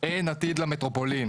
אין עתיד למטרופולין.